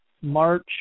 March